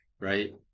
right